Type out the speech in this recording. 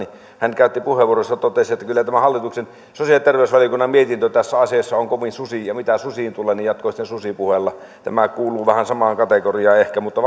hän käytti puheenvuoronsa ja totesi että kyllä tämä hallituksen sosiaali ja terveysvaliokunnan mietintö tässä asiassa on kovin susi ja mitä susiin tuli niin jatkoi sitten susipuheella tämä kuuluu vähän samaan kategoriaan ehkä mutta